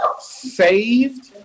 saved